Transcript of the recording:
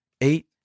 eight